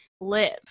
live